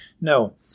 No